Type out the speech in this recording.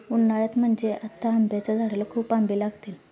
उन्हाळ्यात म्हणजे आता आंब्याच्या झाडाला खूप आंबे लागतील